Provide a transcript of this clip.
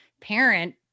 parent